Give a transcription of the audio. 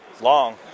Long